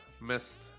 missed